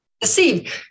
Deceived